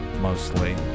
mostly